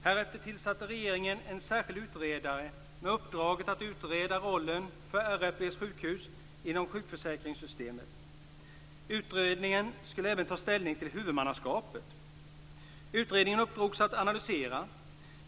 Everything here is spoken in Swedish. Härefter tillsatte regeringen en särskild utredare med uppdraget att utreda rollen för RFV:s sjukhus inom sjukförsäkringssystemet. Utredningen skulle även ta ställning till huvudmannaskapet.